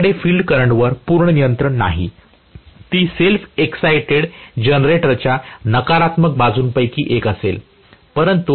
माझ्याकडे फील्ड करंटवर पूर्ण नियंत्रण नाही ती सेल्फ एक्साईटेड जनरेटरच्या नकारात्मक बाजूंपैकी एक असेल